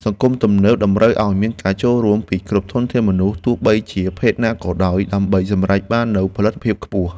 សង្គមទំនើបតម្រូវឱ្យមានការចូលរួមពីគ្រប់ធនធានមនុស្សទោះបីជាភេទណាក៏ដោយដើម្បីសម្រេចបាននូវផលិតភាពខ្ពស់។